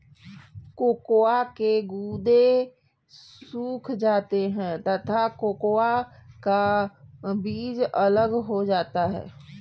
cocoa के गुदे सूख जाते हैं तथा कोकोआ का बीज अलग हो जाता है